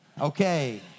okay